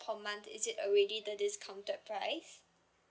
per month is it already the discounted price